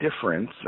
difference